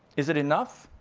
is it enough?